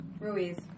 Ruiz